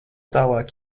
tālāk